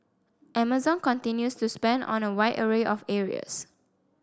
Amazon continues to spend on a wide array of areas